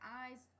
eyes